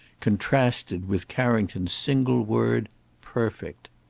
contrasted with carrington's single word perfect!